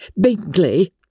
Bingley